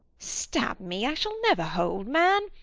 stab me i shall never hold, man.